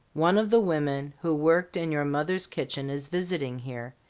one of the women who worked in your mother's kitchen is visiting here,